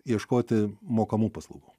ieškoti mokamų paslaugų